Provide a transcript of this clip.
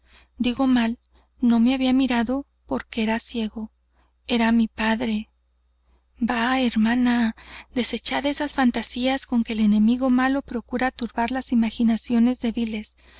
digo mal no me había mirado porque era ciego era mi padre bah hermana desechad esas fantasías con que el enemigo malo procura turbar las imaginaciones débiles